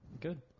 Good